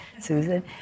Susan